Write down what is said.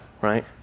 right